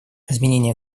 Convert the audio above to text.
изменение